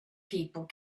people